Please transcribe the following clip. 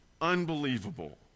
unbelievable